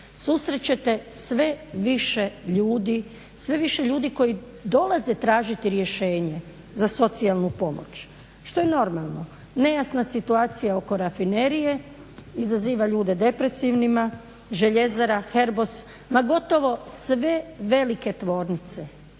susrećete sve više ljudi koji dolaze tražiti rješenje za socijalnu pomoć što je normalno. Nejasna situacija oko rafinerije izaziva ljude depresivnima, željezara, HERBOS ma gotovo sve velike tvornice